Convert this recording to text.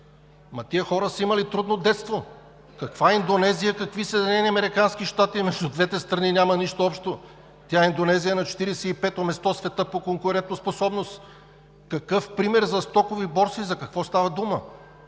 Ама тези хора са имали трудно детство. Каква Индонезия, какви Съединени американски щати?! Между двете страни няма нищо общо. Индонезия е на 45 място в света по конкурентоспособност. Какъв пример за стокови борси? За какво става дума?